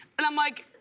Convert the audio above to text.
and i'm like